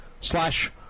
Slash